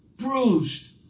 bruised